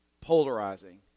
Polarizing